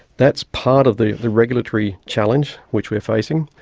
that's part of the the regulatory challenge which we're facing,